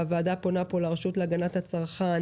הוועדה פונה פה לרשות להגנת הצרכן